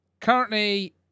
currently